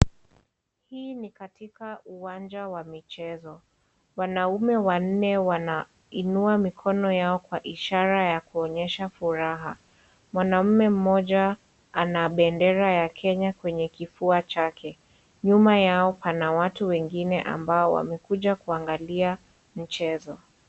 Hii ni katika uwanja wa michezo wanaume wanne wanainua mikono yao kwa ishara ya kuonyesha furaha. Mwanaume mmoja ana bendera ya Kenya kwenye kifua chake, nyuma yao pana watu wengine ambao wamekuja kuangalia chezo.